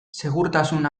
segurtasun